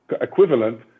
equivalent